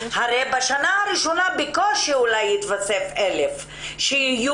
הרי בשנה הראשונה בקושי יתווספו 1,000 שיהיו